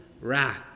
wrath